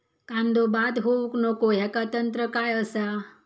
कांदो बाद होऊक नको ह्याका तंत्र काय असा?